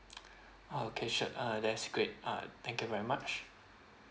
okay sure uh that's great uh thank you very much